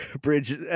bridge